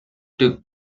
took